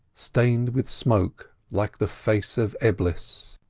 stained with smoke like the face of eblis.